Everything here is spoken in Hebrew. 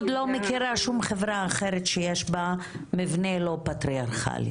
עוד לא מכירה שום חברה אחרת שיש בה מבנה לא פטריארכלי,